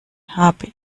habe